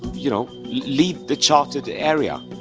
you know. leave the charted area.